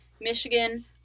Michigan